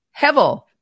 Hevel